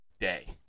day